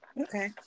Okay